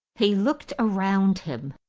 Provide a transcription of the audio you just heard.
he looked around him,